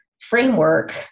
framework